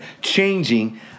changing